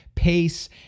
pace